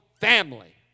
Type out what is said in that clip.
family